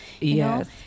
Yes